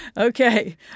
Okay